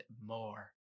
more